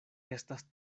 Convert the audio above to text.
estas